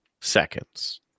seconds